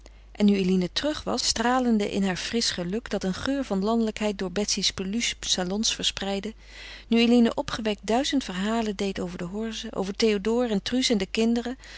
en nu eline terug was stralende in haar frisch geluk dat een geur van landelijkheid door betsy's peluche salons verspreidde nu eline opgewekt duizend verhalen deed over de horze over théodore en truus en de kinderen